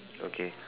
okay